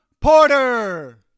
Porter